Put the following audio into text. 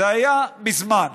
זה היה מזמן,